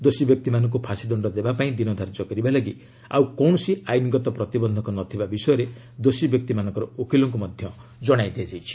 ଦୋଷୀ ବ୍ୟକ୍ତିମାନଙ୍କୁ ଫାଶି ଦଶ୍ଡ ଦେବା ପାଇଁ ଦିନ ଧାର୍ଯ୍ୟ କରିବା ଲାଗି ଆଉ କୌଣସି ଆଇନ୍ଗତ ପ୍ରତିବନ୍ଧକ ନ ଥିବା ବିଷୟରେ ଦୋଷୀ ବ୍ୟକ୍ତିମାନଙ୍କର ଓକିଲଙ୍କୁ ମଧ୍ୟ ଜଣାଇ ଦିଆଯାଇଛି